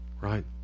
right